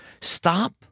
stop